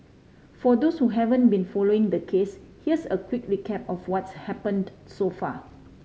for those who haven't been following the case here's a quick recap of what's happened so far